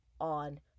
on